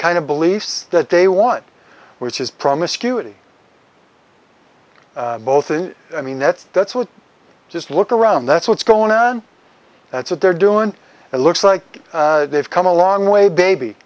kind of beliefs that they want which is promiscuity both and i mean that's that's what just look around that's what's going on that's what they're doing it looks like they've come a long way baby